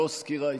לא סקירה היסטורית.